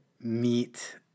meet